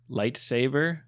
lightsaber